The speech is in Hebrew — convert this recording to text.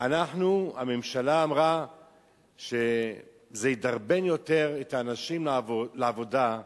הממשלה אמרה שזה ידרבן יותר את האנשים לעבודה.